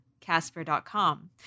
casper.com